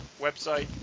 website